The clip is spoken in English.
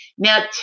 Now